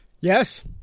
Yes